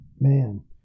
Man